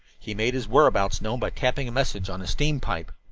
he made his whereabouts known by tapping a message on a steam-pipe.